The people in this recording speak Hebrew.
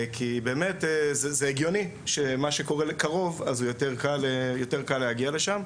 כי זה באמת הגיוני שמה שקורה קרוב יותר קל להגיע לשם,